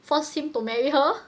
force him to marry her